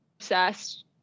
obsessed